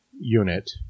unit